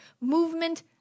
movement